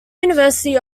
university